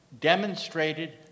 demonstrated